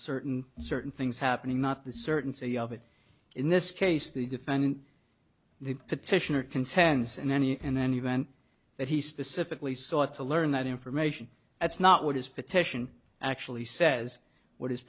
certain certain things happening not the certainty of it in this case the defendant the petitioner contends in any in any event that he specifically sought to learn that information that's not what his petition actually says what his